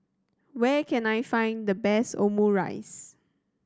where can I find the best Omurice